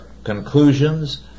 Conclusions